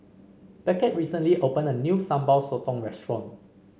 Beckett recently opened a new Sambal Sotong restaurant